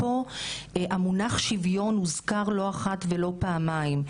המונח שוויון הוזכר לא אחת ולא שתיים.